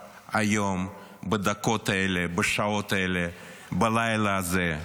היום, בדקות האלה, בשעות האלה, בלילה הזה,